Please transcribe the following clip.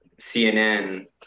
CNN